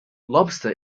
lobster